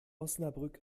osnabrück